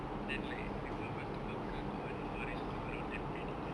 then like the world war two bunker got all the forest grow around them already right